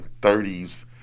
30s